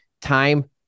time